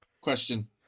Question